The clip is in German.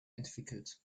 entwickelt